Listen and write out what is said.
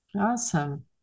Awesome